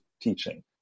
teaching